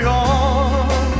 on